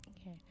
Okay